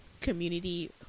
community